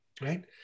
Right